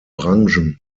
branchen